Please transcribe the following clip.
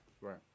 Right